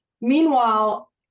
Meanwhile